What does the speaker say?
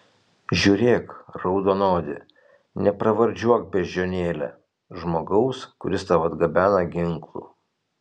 žiūrėk raudonodi nepravardžiuok beždžionėle žmogaus kuris tau atgabena ginklų